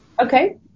Okay